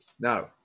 Now